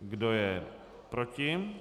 Kdo je proti?